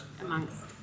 amongst